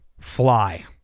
fly